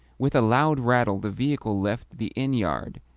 with a loud rattle the vehicle left the inn-yard,